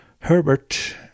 Herbert